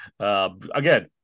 Again